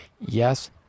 Yes